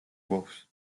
გვაქვს